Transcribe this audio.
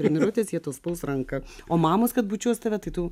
treniruotės jie tau saus ranką o mamos kad bučiuos tave tai tu